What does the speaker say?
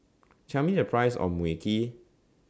Tell Me The Price of Mui Kee